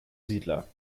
siedler